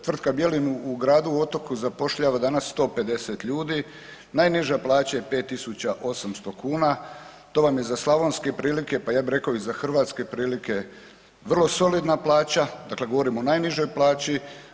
Tvrtka „Bjelin“ u Gradu Otoku zapošljava danas 150 ljudi, najniža plaća je 5.800 kuna, to vam je za slavonske prilike, pa ja bih rekao i za hrvatske prilike vrlo solidna plaća, dakle govorim o najnižoj plaći.